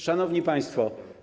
Szanowni Państwo!